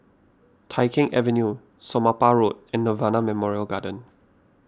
Tai Keng Avenue Somapah Road and Nirvana Memorial Garden